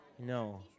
No